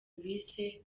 bise